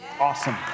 awesome